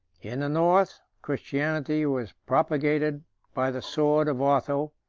in the north, christianity was propagated by the sword of otho,